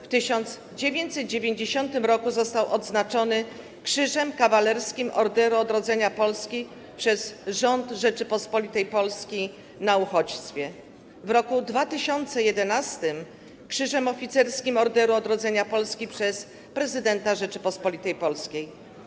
W 1990 r. został odznaczony Krzyżem Kawalerskim Orderu Odrodzenia Polski przez rząd Rzeczypospolitej Polskiej na uchodźstwie, a w roku 2011 - Krzyżem Oficerskim Orderu Odrodzenia Polski przez prezydenta Rzeczypospolitej Polskiej.